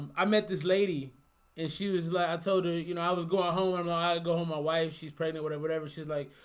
i met this lady and she was like i told her, you know, i was going ah home ah and i go home my wife she's pregnant, whatever whatever. she's like.